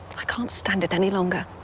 i can't stand it any longer.